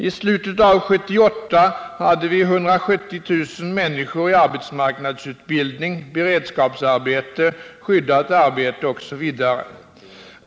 I slutet av 1978 hade vi 170 000 människor i arbetsmarknadsutbildning, beredskapsarbete, skyddat arbete osv.